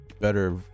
better